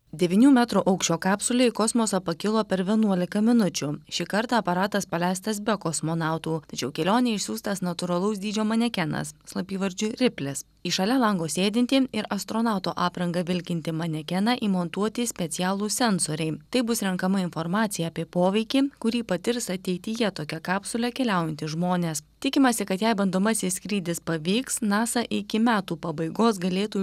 devynių metrų aukščio kapsulė į kosmosą pakilo per vienuolika minučių šį kartą aparatas paleistas be kosmonautų tačiau į kelionę išsiųstas natūralaus dydžio manekenas slapyvardžiu riplis į šalia lango sėdintį ir astronauto apranga vilkintį manekeną įmontuoti specialūs sensoriai taip bus renkama informacija apie poveikį kurį patirs ateityje tokia kapsule keliaujantys žmonės tikimasi kad jei bandomasis skrydis pavyks nasa iki metų pabaigos galėtų